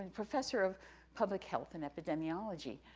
professor of public health and epidemiology,